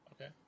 okay